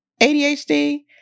ADHD